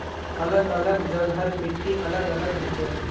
अलग अलग जगहर मिट्टी अलग अलग हछेक